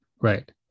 Right